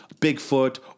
Bigfoot